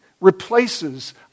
replaces